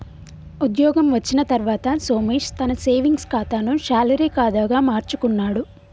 ఉద్యోగం వచ్చిన తర్వాత సోమేశ్ తన సేవింగ్స్ కాతాను శాలరీ కాదా గా మార్చుకున్నాడు